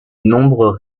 nombres